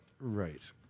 Right